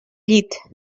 llit